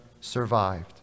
survived